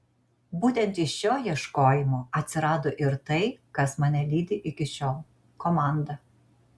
būtent iš šio ieškojimo atsirado ir tai kas mane lydi iki šiol komanda